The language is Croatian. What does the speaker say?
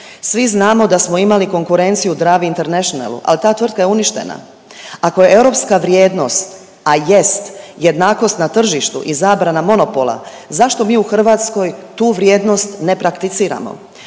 Svi znamo da smo imali konkurenciju od Drave International, ali ta tvrtka je uništena. Ako je europska vrijednost a jest jednakost na tržištu i zabrana monopola zašto mi u Hrvatskoj tu vrijednost ne prakticiramo?